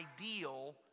ideal